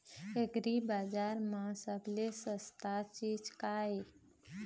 एग्रीबजार म सबले सस्ता चीज का ये?